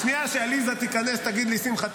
בשנייה שעליזה תיכנס ותגיד לי: שמחה,